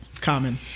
Common